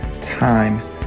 time